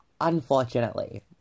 unfortunately